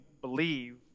believe